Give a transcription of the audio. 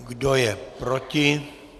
Kdo je proti?